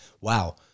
Wow